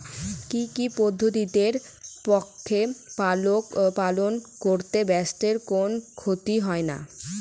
কি কি পদ্ধতিতে পশু পালন করলে স্বাস্থ্যের কোন ক্ষতি হয় না?